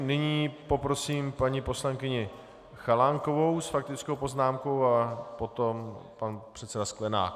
Nyní poprosím paní poslankyni Chalánkovou s faktickou poznámkou a potom pan předseda Sklenák.